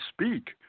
speak